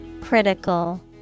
Critical